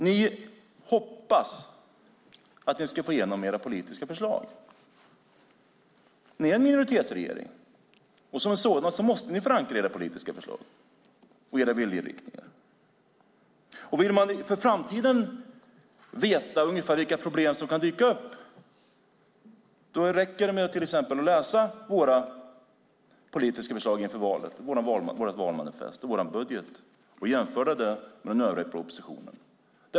Ni hoppas att ni ska få igenom era politiska förslag. Ni är en minoritetsregering och måste förankra era politiska förslag och viljeinriktningar. Om man vill veta vilka problem som kan dyka upp i framtiden räcker det med att läsa vårt valmanifest och vår budget och jämföra det med den övriga oppositionen.